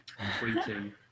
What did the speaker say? tweeting